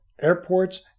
airports